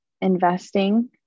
investing